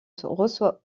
reçoit